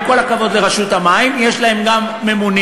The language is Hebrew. עם כל הכבוד לרשות המים, יש להם גם ממונים.